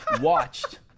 watched